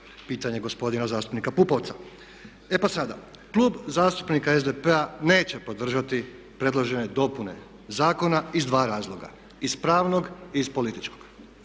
pitanje gospodina zastupnika Pupovca. E pa sada, Klub zastupnika SDP-a neće podržati predložene dopune zakona iz dva razloga, iz pravnog i iz političkog.